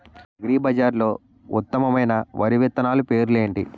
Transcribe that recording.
అగ్రిబజార్లో ఉత్తమమైన వరి విత్తనాలు పేర్లు ఏంటి?